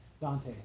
Dante